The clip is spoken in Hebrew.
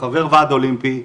חבר ועד אולימפי,